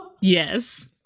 Yes